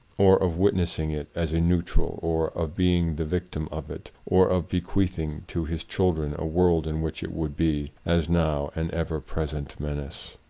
or of witness ing it as a neutral, or of being the victim of it, or of bequeathing to his children a world in which it would be, as now, an ever present menace.